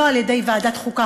לא על-ידי ועדת חוקה,